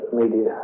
media